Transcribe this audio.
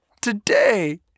today